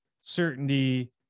certainty